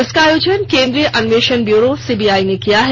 इसका आयोजन केंद्रीय अन्वेषण ब्यूरो सीबीआई ने किया है